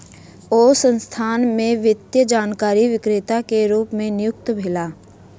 ओ संस्थान में वित्तीय जानकारी विक्रेता के रूप नियुक्त भेला